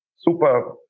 super